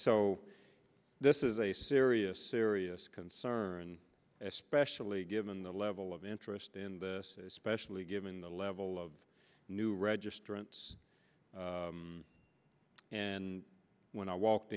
so this is a serious serious concern especially given the level of interest in this especially given the level of new registrants and when i walked